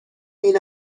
این